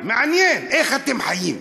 מעניין איך אתם חיים.